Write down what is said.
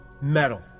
metal